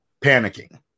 panicking